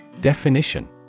definition